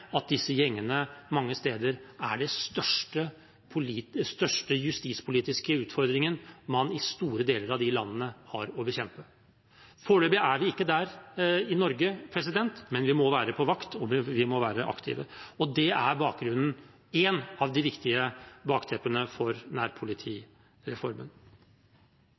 at disse gjengene mange steder er den største justispolitiske utfordringen man i store deler av de landene har å bekjempe. Foreløpig er vi ikke der i Norge, men vi må være på vakt, og vi må være aktive. Det er et av de viktige bakteppene for nærpolitireformen.